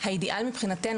האידיאל מבחינתנו,